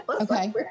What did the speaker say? Okay